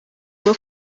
bwo